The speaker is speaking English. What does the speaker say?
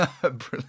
Brilliant